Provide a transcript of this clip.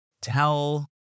tell